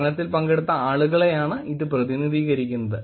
പഠനത്തിൽ പങ്കെടുത്ത ആളുകളെയാണ് ഇത് പ്രതിനിധീകരിക്കുന്നത്